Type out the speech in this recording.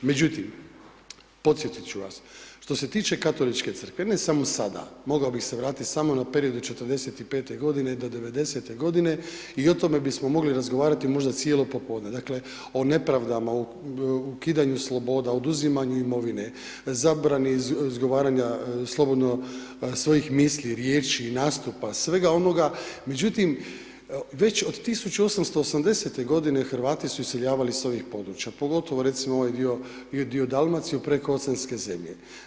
Međutim podsjetit ću vas, što se tiče Katoličke crkve, ne samo sada, mogao bih se vratiti samo na period od '45. g. do '90. g. i o tome bismo mogli razgovarati možda cijelo popodne, dakle o nepravdama, o ukidanju sloboda, oduzimanju imovine, zabrani izgovaranja slobodno svojih misli, riječi, nastupa, svega onoga, međutim, već od 1880. g. Hrvati su iseljavali sa ovih područja, pogotovo recimo ovaj dio i dio Dalmacije u prekooceanske zemlje.